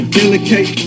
delicate